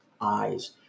eyes